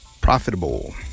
profitable